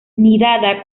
nidada